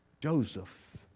Joseph